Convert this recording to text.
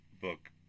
book